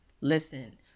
listen